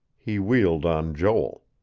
he wheeled on joel.